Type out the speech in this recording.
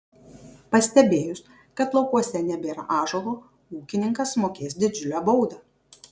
pastebėjus kad laukuose nebėra ąžuolo ūkininkas mokės didžiulę baudą